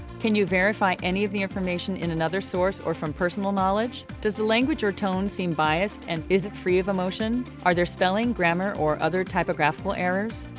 can you verify any of the information in another source or from personal knowledge? does the language or tone seem biased and is it free of emotion? are there spelling, grammar or other typographical errors?